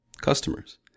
customers